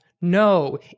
No